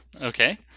Okay